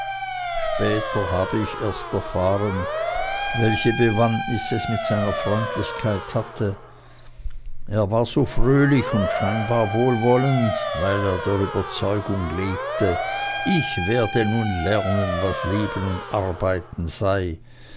später habe ich erst erfahren welche bewandtnis es mit seiner freundlichkeit hatte er war so fröhlich und scheinbar wohlwollend weil er der überzeugung lebte ich werde nun lernen was leben und arbeiten sei